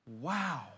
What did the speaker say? wow